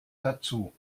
dazu